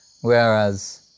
Whereas